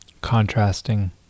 contrasting